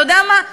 אתה יודע מה,